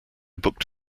booked